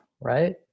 right